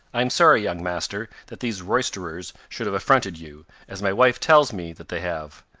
i am sorry, young master, that these roisterers should have affronted you, as my wife tells me that they have.